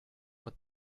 what